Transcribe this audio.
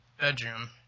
bedroom